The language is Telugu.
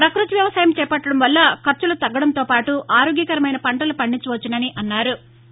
ప్రకృతి వ్యవసాయం చేపట్టడం వల్ల ఖర్చులు తగ్గడంతోపాటు ఆరోగ్యమైన పంటలు పండించ వచ్చునని అన్నారు